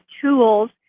tools